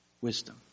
wisdom